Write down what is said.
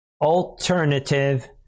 alternative